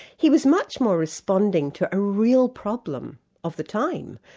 he was much more responding to a real problem of the time,